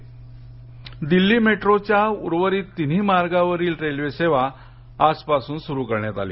Delhi metro Delhi मेट्रोच्या उर्वरित तिन्ही मार्गावरील रेल्वे सेवा आजपासून सुरु करण्यात आली